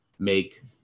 make